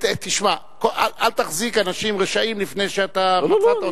תשמע, אל תחזיק אנשים רשעים לפני שאתה, לא, לא,